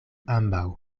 ambaŭ